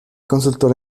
consultor